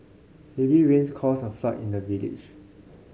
heavy rains caused a flood in the village